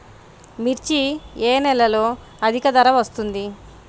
మిర్చి ఏ నెలలో అధిక ధర వస్తుంది?